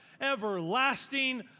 everlasting